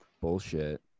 bullshit